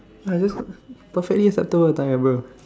ya just perfectly acceptable attire bro